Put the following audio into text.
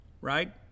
Right